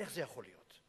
איך זה יכול להיות?